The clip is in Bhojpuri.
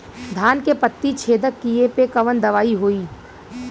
धान के पत्ती छेदक कियेपे कवन दवाई होई?